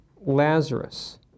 Lazarus